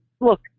look